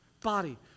body